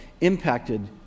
impacted